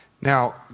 Now